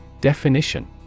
Definition